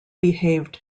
behaved